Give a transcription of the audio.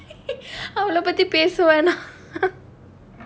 அவள பத்தி பேச வேணாம்:avala paththi pesa venaam